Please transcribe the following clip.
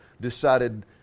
decided